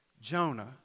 Jonah